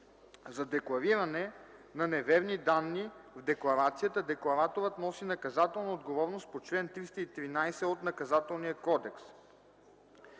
За деклариране на неверни данни в декларацията деклараторът носи наказателна отговорност по чл. 313 от Наказателния кодекс.